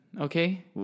okay